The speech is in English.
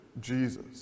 Jesus